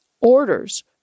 orders